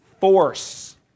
force